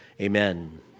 amen